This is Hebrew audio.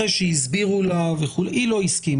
אחרי שהסבירו לה וכו' היא לא הסכימה,